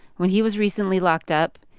when he was recently locked up,